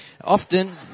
Often